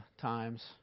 times